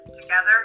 together